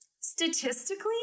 Statistically